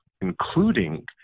including